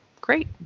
Great